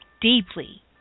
deeply